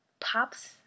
pops